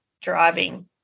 driving